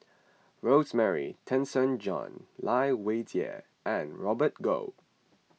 Rosemary Tessensohn Lai Weijie and Robert Goh